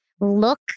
look